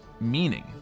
meaning